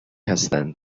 هستن